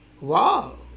wow